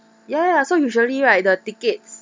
ya ya so usually right the tickets